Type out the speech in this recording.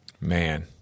man